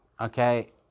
okay